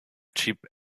cheap